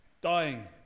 dying